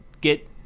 get